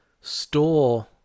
store